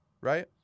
right